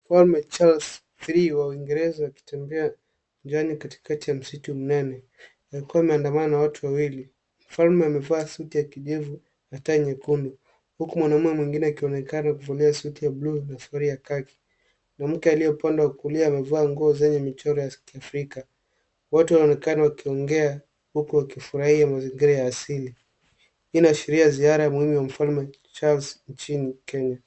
Mfalme Charles III wa uingereza wakitembea njiani katikati ya msitu mnene, akiwa ameandamana na watu wawili. Mfalme amevaa suti ya kijivu, na tai nyekundu huku mwanamume mwingine akionekana kuvalia suti ya bluu na suruali ya kaki. Mwanamke aliyeupande wa kulia amevaa nguo zenye michoro ya kiafrika. Wote wanaonekana wakiongea huku wakifurahia mazingira ya asili. Hii ina ashiria ziara ya muhimu ya mfalme Charles nchini Kenya.